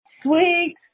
sweet